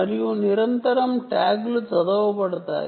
మరియు నిరంతరం ట్యాగ్లు చదవబడతాయి